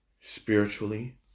Spiritually